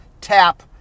tap